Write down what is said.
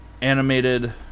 animated